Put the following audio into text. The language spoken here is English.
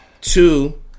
Two